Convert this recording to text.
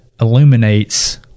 illuminates